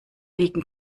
liegen